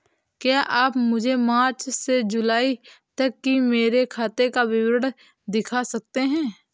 क्या आप मुझे मार्च से जूलाई तक की मेरे खाता का विवरण दिखा सकते हैं?